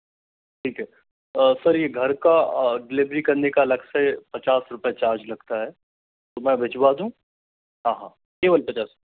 ठीक है सर ये घर का डिलीवरी करने का अलग से पचास रुपए चार्ज लगता हैं तो मैं भिजवादूँ हाँ हाँ केवल पचास